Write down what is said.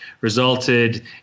resulted